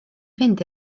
fynd